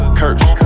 curse